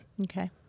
Okay